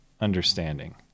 understanding